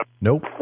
Nope